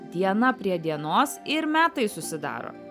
diena prie dienos ir metai susidaro